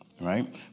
right